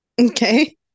Okay